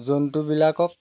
জন্তুবিলাকক